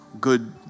good